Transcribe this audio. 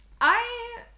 I-